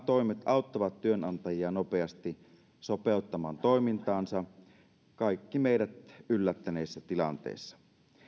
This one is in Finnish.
toimet auttavat työnantajia nopeasti sopeuttamaan toimintaansa kaikki meidät yllättäneessä tilanteessa